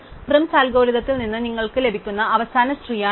Prim's അൽഗോരിതത്തിൽ നിന്ന് ഞങ്ങൾക്ക് ലഭിക്കുന്ന അവസാന ട്രീ ആണിത്